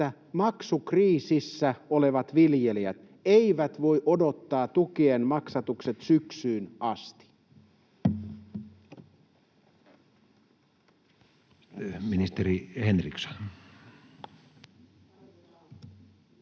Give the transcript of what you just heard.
että maksukriisissä olevat viljelijät eivät voi odottaa tukien maksatuksia syksyyn asti?